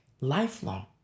lifelong